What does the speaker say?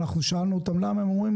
שאלנו אותם למה, והם אומרים